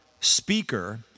speaker